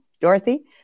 Dorothy